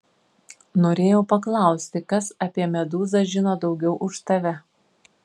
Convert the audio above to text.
norėjau paklausti kas apie medūzą žino daugiau už tave